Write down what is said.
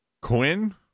Quinn